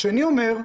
השני אומר,